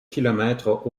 kilomètres